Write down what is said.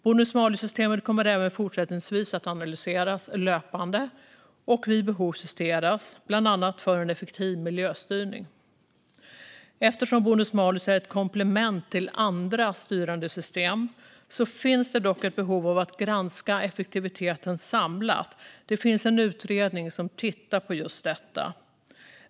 Bonus-malus-systemet kommer även fortsättningsvis att analyseras löpande och vid behov justeras, bland annat för en effektiv miljöstyrning. Eftersom bonus-malus är ett komplement till andra styrande system finns det dock ett behov av att granska effektiviteten samlat. Det finns en utredning som tittar på just detta.